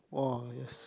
!wah! yes